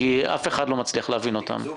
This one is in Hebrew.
כי אף אחד לא מצליח להבין אותן.